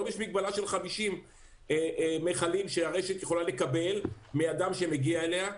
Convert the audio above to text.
היום יש מגבלה של 50 מכלים שהרשת יכולה לקבל מאדם שמגיע אליה.